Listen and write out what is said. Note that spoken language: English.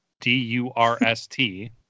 D-U-R-S-T